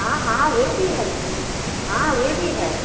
हाँ हाँ वे भी हैं हाँ वे भी हैं